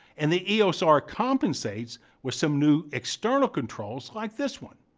and the eos-r ah compensates with some new external controls like this one.